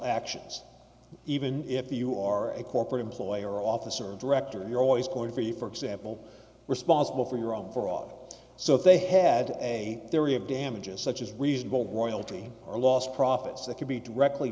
actions even if you are a corporate employer officer a director you're always going to see for example responsible for your own fraud so they had a theory of damages such as reasonable royalty or lost profits that could be directly